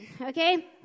Okay